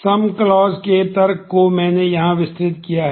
सम clause के तर्क को मैंने यहाँ विस्तृत किया है